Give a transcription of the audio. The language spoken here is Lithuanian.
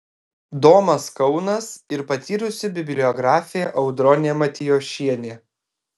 domas kaunas ir patyrusi bibliografė audronė matijošienė